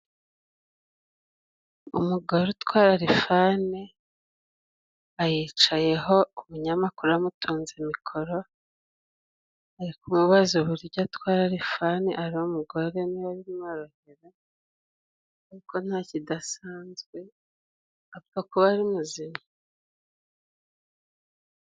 Umugore utwara rifani ayicayeho umunyamakuru yamutunze mikoro, ari kumubaza uburyo atwara rifani ari umugore niba bimworohera, ariko nta kidasanzwe apfa kuba ari muzima.